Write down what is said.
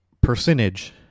Percentage